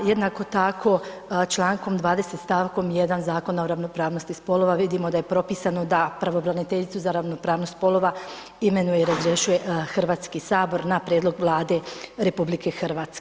Jednako tako čl. 20. st. 1. Zakona o ravnopravnosti spolova vidimo da je propisano da pravobraniteljicu za ravnopravnost spolova imenuje i razrješuje HS na prijedlog Vlade RH.